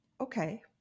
okay